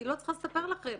אני לא צריכה לספר לכם,